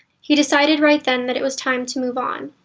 he decided right then that it was time to move on.